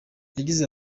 yagize